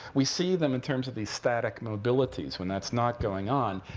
we see them in terms of these static mobilities, when that's not going on.